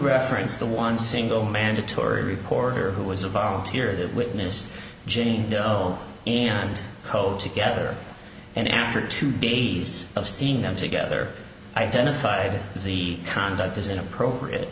reference the one single mandatory reporter who was a volunteer that witnessed jane doe and co together and after two days of seeing them together identified the conduct as inappropriate